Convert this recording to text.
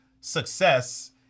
success